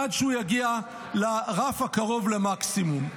עד שהוא יגיע לרף הקרוב למקסימום.